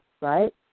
right